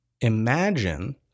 imagine